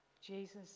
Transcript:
Jesus